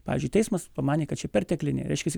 pavyzdžiui teismas pamanė kad šie pertekliniai reiškiasi